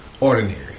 ordinary